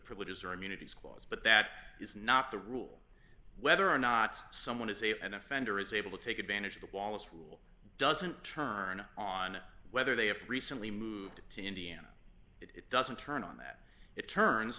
privileges or immunities clause but that is not the rule whether or not someone is a an offender is able to take advantage of that wallace rule doesn't turn on whether they have recently moved to indiana it doesn't turn on that it turns